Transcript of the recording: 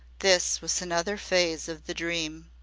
this was another phase of the dream.